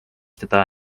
teda